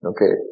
Okay